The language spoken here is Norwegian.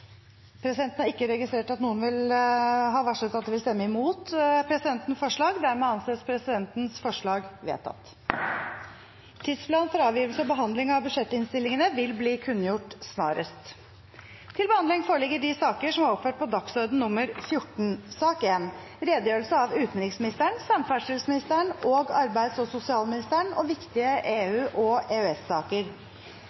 Presidenten har heller ikke registrert at noen har varslet at de vil stemme imot presidentens forslag. – Dermed anses presidentens forslag vedtatt. Tidsplan for avgivelse og behandling av budsjettinnstillingene vil bli kunngjort snarest. Norges samarbeid med EU favner vidt, og den europeiske dagsordenen er mangfoldig. I denne redegjørelsen kommer jeg til å løfte fram noen utvalgte temaer – EØS-avtalen og